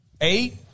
Eight